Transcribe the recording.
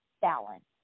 balance